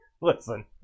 listen